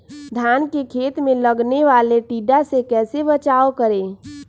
धान के खेत मे लगने वाले टिड्डा से कैसे बचाओ करें?